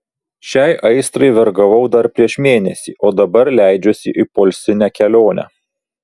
šiai aistrai vergavau dar prieš mėnesį o dabar leidžiuosi į poilsinę kelionę